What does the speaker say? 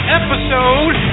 episode